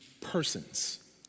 persons